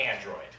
Android